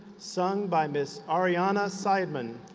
sung by ms. ariana seidman,